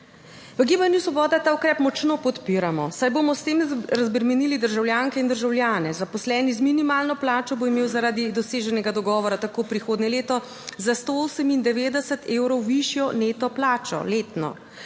V Gibanju Svoboda ta ukrep močno podpiramo, saj bomo s tem razbremenili državljanke in državljane. Zaposleni z minimalno plačo bo imel zaradi doseženega dogovora tako prihodnje leto za 198 evrov višjo neto plačo letno